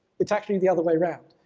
it's actually the other way around,